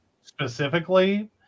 specifically